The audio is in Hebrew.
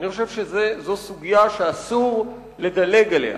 אני חושב שזו סוגיה שאסור לדלג עליה,